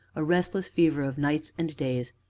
a restless fever of nights and days,